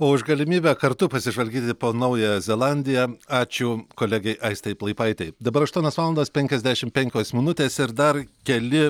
o už galimybę kartu pasižvalgyti po naująją zelandiją ačiū kolegei aistei plaipaitei dabar aštuonios valandos penkiasdešimt penkios minutės ir dar keli